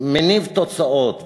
מניב תוצאות.